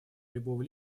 любого